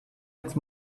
jetzt